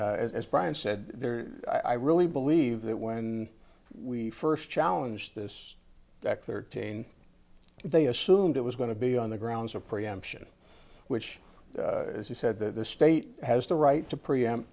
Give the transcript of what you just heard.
and as brian said there i really believe that when we first challenge this that thirteen they assumed it was going to be on the grounds of preemption which he said that the state has the right to preempt